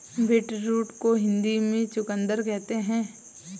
beetroot को हिंदी में चुकंदर कहते हैं